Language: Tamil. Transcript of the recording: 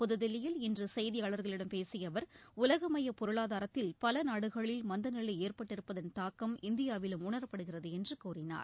புதுதில்லியில் இன்று செய்தியாளர்களிடம் பேசிய அவர் உலகமய பொருளாதாரத்தில் பல நாடுகளில் மந்த நிலை ஏற்பட்டிருப்பதன் தாக்கம் இந்தியாவிலும் உணரப்படுகிறது என்று கூறினார்